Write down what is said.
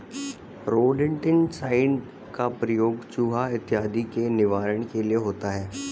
rodenticide का प्रयोग चुहा इत्यादि के निवारण के लिए होता है